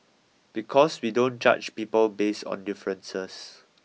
because we don't judge people based on differences